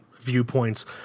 viewpoints